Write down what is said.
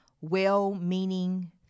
well-meaning